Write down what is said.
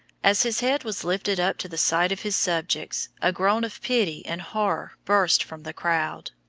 as his head was lifted up to the sight of his subjects, a groan of pity and horror burst from the crowd.